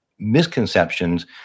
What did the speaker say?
misconceptions